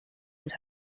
and